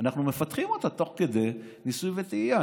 אנחנו מפתחים אותה תוך כדי ניסוי וטעייה.